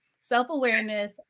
self-awareness